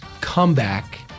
comeback